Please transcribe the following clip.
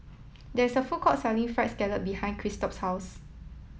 there is a food court selling fried scallop behind Christop's house